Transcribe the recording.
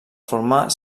formar